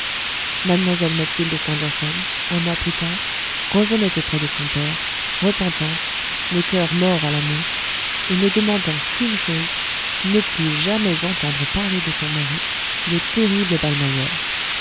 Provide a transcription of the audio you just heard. mlle mathilde stangerson un mois plus tard revenait auprès de son père repentante le cœur mort à l'amour et ne demandant qu'une chose ne plus jamais entendre parler de son mari le terrible